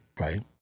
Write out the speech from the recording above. Right